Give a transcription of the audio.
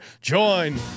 Join